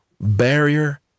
barrier